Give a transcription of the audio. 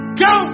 go